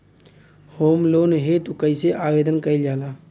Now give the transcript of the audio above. Home loan हेतु कइसे आवेदन कइल जाला?